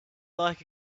like